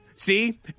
See